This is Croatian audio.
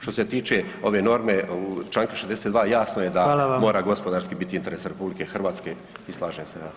Što se tiče ove norme Članka 62. jasno je da mora gospodarski biti interes [[Upadica: Hvala vam.]] RH i slažem se.